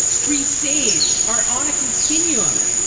priest, sage, are on a continuum.